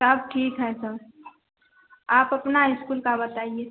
सब ठीक है सर आप अपना इस्कूल का बताइए